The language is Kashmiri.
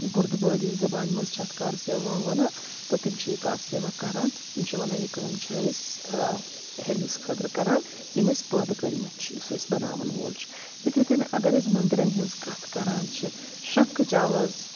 گُردوبٲری زبانہِ منٛز چھِ اَتھ کار سیوا وَنان تہٕ تِم چھِ یہِ کار سیوا کَران تِم چھِ وَنان یہِ کٲم چھِ أسۍ ہیٚرمِس خٲطرٕ کَران یِم أسۍ پٲدٕ کٔرمٕتۍ چھِ یُس أسۍ بَناوَن وول چھُ یتھَے کٔنۍ اگر أسۍ مٔنٛدرَن ہٕنٛز کَتھ کَران چھِ شنٛکھ بجاوان آواز